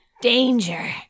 Danger